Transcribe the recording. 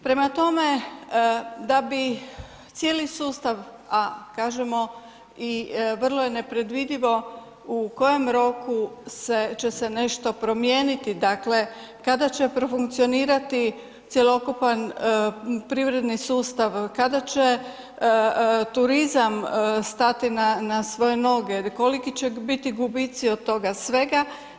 Prema tome, da bi cijeli sustav, a kažemo i vrlo je nepredvidivo u kojem roku se, će se nešto promijeniti, dakle kada će profunkcionirati cjelokupan privredni sustav, kada će turizam stati na, na svoje noge, koliki će biti gubici od toga svega.